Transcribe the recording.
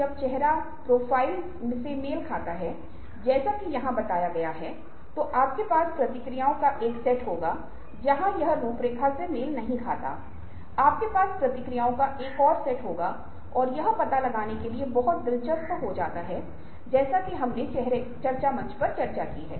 जरा उस पर गौर करें जो व्यक्ति स्वयं जागरूक है वह हास्य की भावना पैदा करता है और जिस व्यक्ति में उच्च प्रेरणा होती है वह चुनौतीपूर्ण कार्य करना पसंद करता है